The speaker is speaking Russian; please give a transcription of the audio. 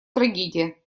трагедия